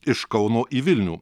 iš kauno į vilnių